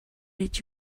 did